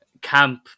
camp